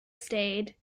stayed